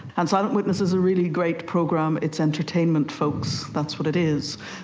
and silent witness is a really great program, it's entertainment folks, that's what it is.